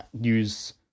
use